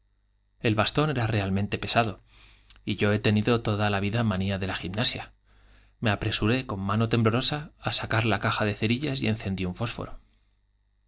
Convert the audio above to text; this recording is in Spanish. el bastón era realmente pesado y yo he tenido toda la vida la manía de la gimnasia me apresuré con mano temblorosa á la de sacar caja cerillas y encendí un fósforo